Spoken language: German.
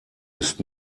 ist